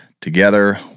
together